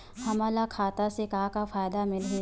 हमन ला खाता से का का फ़ायदा मिलही?